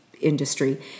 Industry